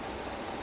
ya